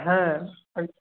হ্যাঁ